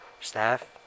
staff